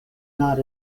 not